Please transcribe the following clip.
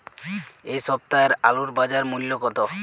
এ সপ্তাহের আলুর বাজার মূল্য কত?